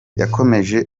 yakomeje